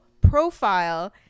profile